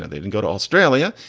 and they didn't go to australia.